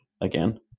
again